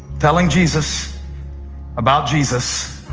telling jesus about jesus,